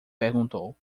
perguntou